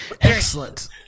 Excellent